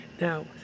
Now